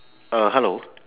uh hello